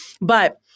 But-